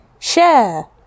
Share